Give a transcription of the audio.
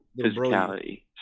physicality